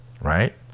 right